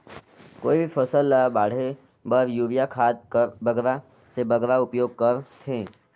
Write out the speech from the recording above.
कोई भी फसल ल बाढ़े बर युरिया खाद कर बगरा से बगरा उपयोग कर थें?